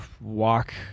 walk